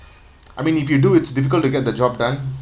I mean if you do it's difficult to get the job done